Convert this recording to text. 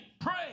pray